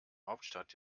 hauptstadt